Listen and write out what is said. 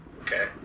Okay